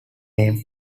named